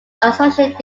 associate